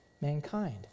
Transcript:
mankind